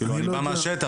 אני בא מהשטח,